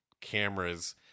cameras